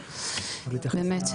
באמת.